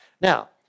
Now